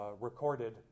recorded